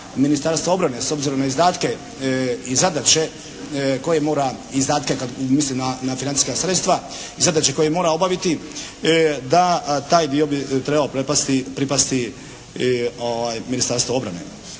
mislim na financijska sredstva, zadaće koje mora obaviti da taj dio bi trebao pripasti Ministarstvu obrane.